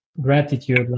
gratitude